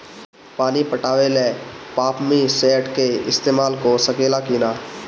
पानी पटावे ल पामपी सेट के ईसतमाल हो सकेला कि ना?